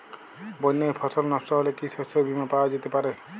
বন্যায় ফসল নস্ট হলে কি শস্য বীমা পাওয়া যেতে পারে?